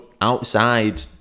outside